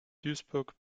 duisburg